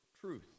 truth